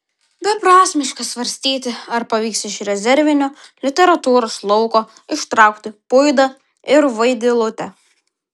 beprasmiška svarstyti ar pavyks iš rezervinio literatūros lauko ištraukti puidą ir vaidilutę